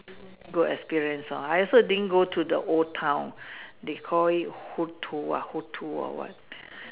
good experience lor I also didn't go to the old town they call it who to ah who to or what